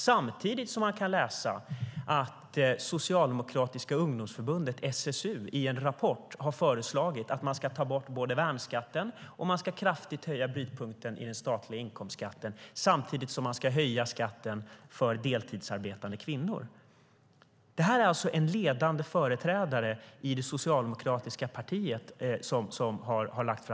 Samtidigt kan vi läsa att det socialdemokratiska ungdomsförbundet, SSU, i en rapport har föreslagit att man ska ta bort värnskatten och kraftigt höja brytpunkten i den statliga inkomstskatten men höja skatten för deltidsarbetande kvinnor. Detta är alltså ett förslag som har lagts fram av en ledande företrädare i det socialdemokratiska partiet.